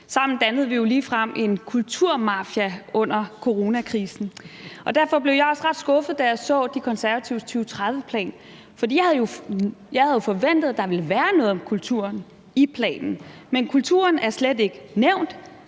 Sammen dannede vi jo ligefrem en kulturmafia under coronakrisen, og derfor blev jeg også ret skuffet, da jeg så De Konservatives 2030-plan. For jeg havde jo forventet, at der ville være noget om kulturen i planen. Men kulturen er slet ikke nævnt.